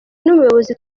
n’ubuyobozi